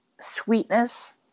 sweetness